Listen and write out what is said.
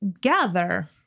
gather